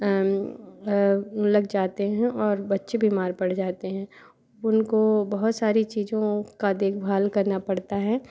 लग जाते हैं और बच्चे बीमार पड़ जाते हैं उनको बहुत सारी चीज़ों का देखभाल करना पड़ता है